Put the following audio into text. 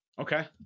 Okay